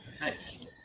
nice